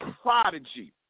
Prodigy